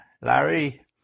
Larry